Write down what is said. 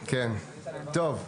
טוב,